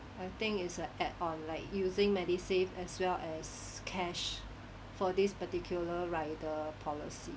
I think is a add on like using medisave as well as cash for this particular rider policy